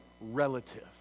relative